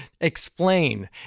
explain